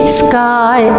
sky